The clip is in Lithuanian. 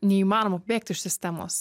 neįmanoma bėgt iš sistemos